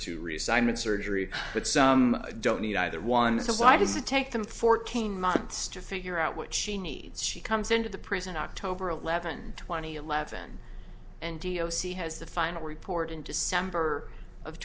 to resign with surgery but some don't need either one is why does it take them fourteen months to figure out what she needs she comes into the prison october eleven twenty eleven and v o c has the final report in december of